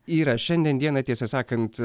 yra šiandien diena tiesą sakant